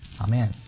Amen